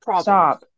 stop